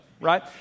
right